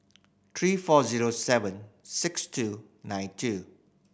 three four zero seven six two nine two